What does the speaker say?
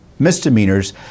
misdemeanors